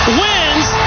wins